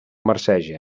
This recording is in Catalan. marceja